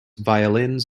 violins